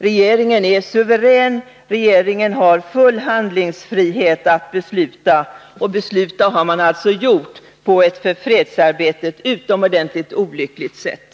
Regeringen är suverän, regeringen har full handlingsfrihet att besluta, och beslutat har man alltså gjort på ett för fredsarbetet utomordentligt olyckligt sätt.